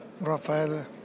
Rafael